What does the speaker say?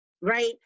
right